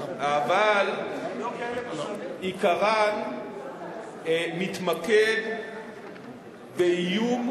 אבל עיקרן מתמקד באיום,